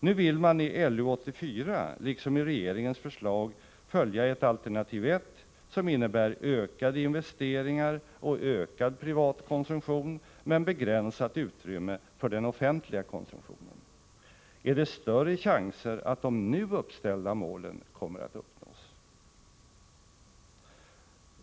Nu vill man i LU 84 liksom i regeringens förslag följa ett alternativ 1 som innebär ökade investeringar och ökad privat konsumtion men begränsat utrymme för den offentliga konsumtionen. Är det större chanser att de nu uppställda målen kommer att uppnås?